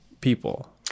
people